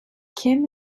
kim